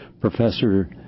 Professor